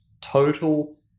total